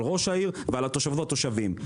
על ראש העיר ועל התושבות והתושבים,